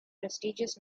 prestigious